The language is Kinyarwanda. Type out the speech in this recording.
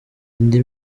indi